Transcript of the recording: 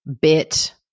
bit